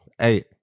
Eight